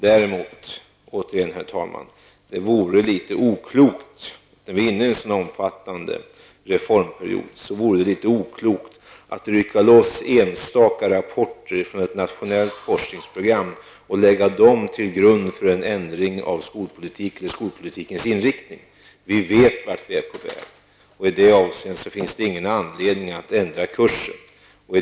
Som jag tidigare sade, herr talman, vore det litet oklokt att mitt inne i en så omfattande reformperiod rycka loss enstaka rapporter från ett nationellt forskningsprogram och lägga dem till grund för en ändring av skolpolitikens inriktning. Vi vet vart vi är på väg. Då finns det inte någon anledning att ändra kursen.